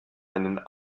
einen